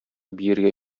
биергә